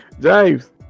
James